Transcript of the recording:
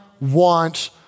want